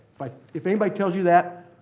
if anybody tells you that,